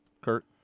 Kurt